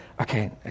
Okay